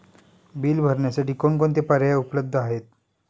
Bill भरण्यासाठी कोणकोणते पर्याय उपलब्ध आहेत?